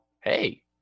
Hey